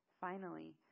Finally